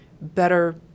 better